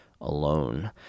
alone